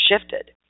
shifted